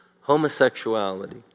homosexuality